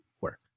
work